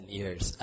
years